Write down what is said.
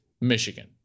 Michigan